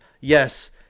yes